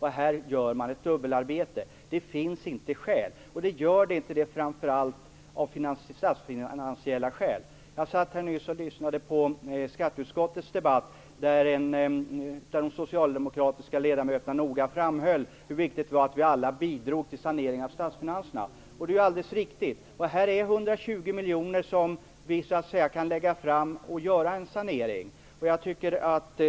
Här gör man ett dubbelarbete, och det finns det inte skäl för, framför allt inte med hänsyn till statsfinanserna. Jag lyssnade nyss på skatteutskottets debatt. Där framhöll de socialdemokratiska ledamöterna noga hur viktigt det är att vi alla bidrar till saneringen av statsfinanserna. Det är ju alldeles riktigt. Här är nu 120 miljoner som vi kan lägga fram och använda till sanering.